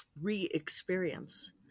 re-experience